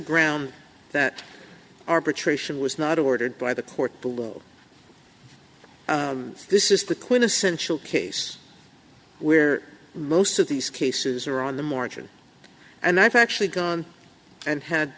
ground that arbitration was not ordered by the court below this is the quintessential case we're most of these cases are on the margin and i've actually gone and had